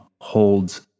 holds